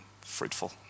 fruitful